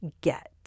get